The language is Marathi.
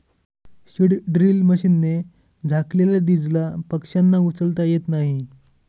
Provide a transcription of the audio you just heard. सीड ड्रिल मशीनने झाकलेल्या दीजला पक्ष्यांना उचलता येत नाही